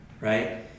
right